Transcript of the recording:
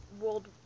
world